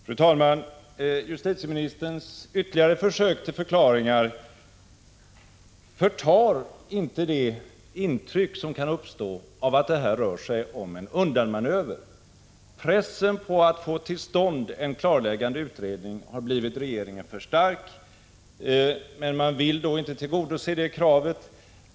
Fru talman! Justitieministerns ytterligare försök till förklaring förtar inte det intryck som kan uppstå av att det här rör sig om en undanmanöver. Pressen på att få till stånd en klarläggande utredning har blivit regeringen för stark, men man vill inte tillgodose det kravet.